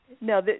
No